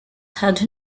had